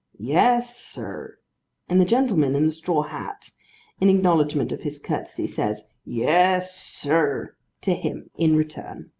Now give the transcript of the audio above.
yes, sir and the gentleman in the straw hat in acknowledgment of his courtesy, says yes, sir to him, in return.